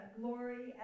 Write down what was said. glory